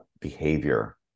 behavior